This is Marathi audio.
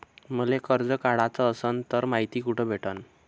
मले कर्ज काढाच असनं तर मायती कुठ भेटनं?